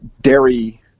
dairy